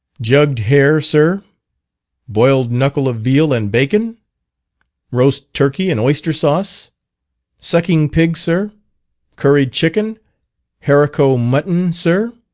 jugged hare, sir boiled knuckle of veal and bacon roast turkey and oyster sauce sucking pig, sir curried chicken harrico mutton, sir.